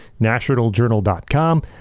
nationaljournal.com